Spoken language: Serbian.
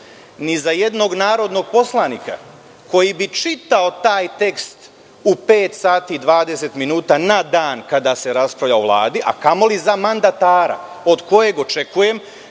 ni za jednog narodnog poslanika koji bi čitao taj tekst u 5.20 časova na dan kada se raspravlja o Vladi, a kamoli za mandatara od kojeg očekujem